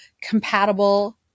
compatible